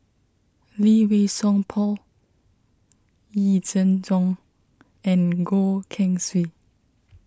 Lee Wei Song Paul Yee Jenn Jong and Goh Keng Swee